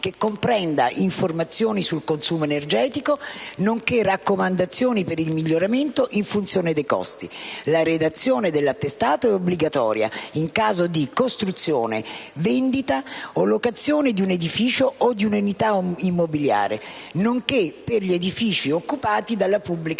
che comprende informazioni sul consumo energetico, nonché raccomandazioni per il miglioramento in funzione dei costi. La redazione dell'attestato è obbligatoria in caso di costruzione, vendita o locazione di un edificio o di una unità immobiliare, nonché per gli edifici occupati dalla pubblica